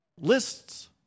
Lists